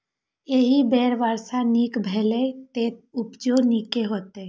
एहि बेर वर्षा नीक भेलैए, तें उपजो नीके हेतै